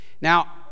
now